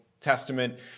Testament